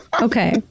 Okay